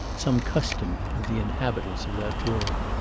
some custom of the inhabitants of that room.